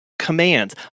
commands